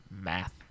math